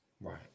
Right